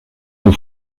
nous